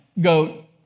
go